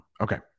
Okay